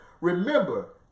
Remember